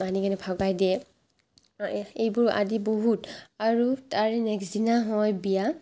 আনি কিনে ভগাই দিয়ে এইবোৰ আদি বহুত আৰু তাৰে নেক্সট দিনা হয় বিয়া